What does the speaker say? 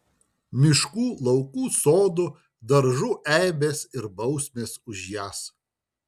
miškų laukų sodų daržų eibės ir bausmės už jas